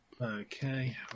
Okay